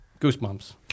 Goosebumps